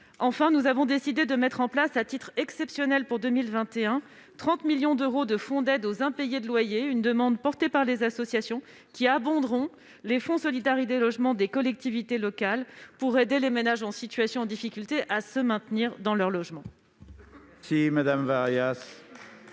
Enfin, nous avons décidé de mettre en place à titre exceptionnel pour 2021 quelque 30 millions d'euros de fonds d'aide aux impayés de loyers. Il s'agit d'une demande portée par les associations. Cette somme viendra abonder les fonds solidarité logement des collectivités locales pour aider les ménages en difficulté à se maintenir dans leur logement.